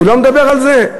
הוא לא מדבר על זה.